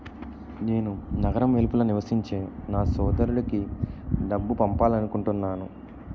నేను నగరం వెలుపల నివసించే నా సోదరుడికి డబ్బు పంపాలనుకుంటున్నాను